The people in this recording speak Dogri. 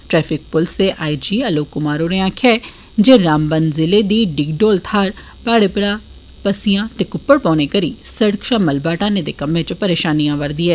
ट्रैफिक पुलसा दे आई जी आलोक कुमार होरे आखेआ ऐ जे रामबन जिले दी डिगडोल थाह्न प्हाईे परा पस्सियां ते कुप्पड़ पौने कारण सड़क शा मलबा हटाने दे कम्मै च परेशानी आवा रदी ऐ